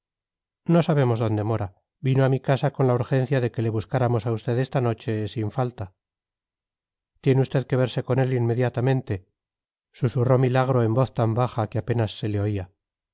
no sabemos dónde mora vino a mi casa con la urgencia de que le buscáramos a usted esta noche sin falta tiene usted que verse con él inmediatamente susurró milagro en voz tan baja que apenas se le oía